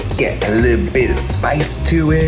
get a little bit of spice to